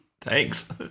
Thanks